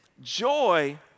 Joy